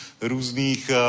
různých